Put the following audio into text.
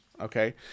Okay